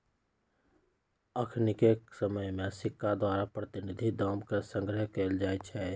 अखनिके समय में सिक्का द्वारा प्रतिनिधि दाम के संग्रह कएल जाइ छइ